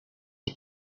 est